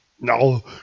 No